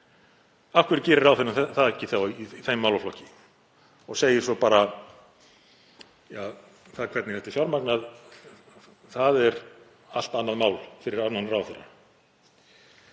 Af hverju gerir ráðherrann það þá ekki í þeim málaflokki og segir svo bara: Það hvernig þetta er fjármagnað er allt annað mál fyrir annan ráðherra?